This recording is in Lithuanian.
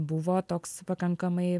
buvo toks pakankamai